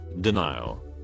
denial